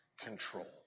control